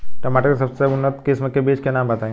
टमाटर के सबसे उन्नत किस्म के बिज के नाम बताई?